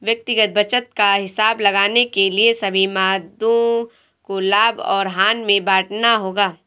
व्यक्तिगत बचत का हिसाब लगाने के लिए सभी मदों को लाभ और हानि में बांटना होगा